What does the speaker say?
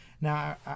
Now